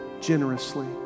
generously